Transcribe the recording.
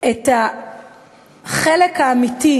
את החלק האמיתי,